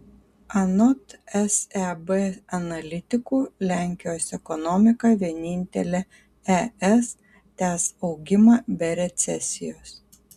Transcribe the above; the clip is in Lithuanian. anot seb analitikų lenkijos ekonomika vienintelė es tęs augimą be recesijos